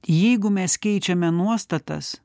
jeigu mes keičiame nuostatas